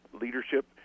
leadership